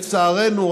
לצערנו,